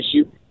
issue